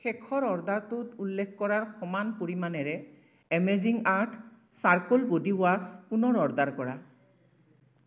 শেষৰ অৰ্ডাৰটোত উল্লেখ কৰাৰ সমান পৰিমাণেৰে amazing earth charcoal body wash পুনৰ অৰ্ডাৰ কৰা